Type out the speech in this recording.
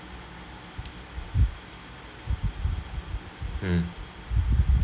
hmm